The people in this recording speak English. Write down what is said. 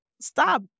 stop